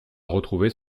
retrouver